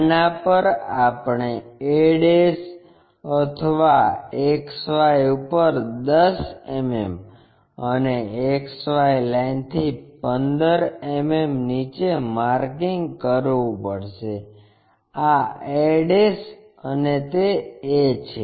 આના પર આપણે a માટે XY ઉપર 10 mm અને XY લાઇનથી 15 mm નીચે માર્કિંગ કરવું પડશે આ a અને તે a છે